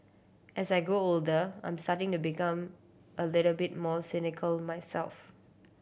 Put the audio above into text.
as I grow older I'm starting to become a little bit more cynical myself